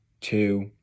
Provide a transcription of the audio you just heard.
Two